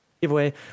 giveaway